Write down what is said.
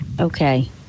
Okay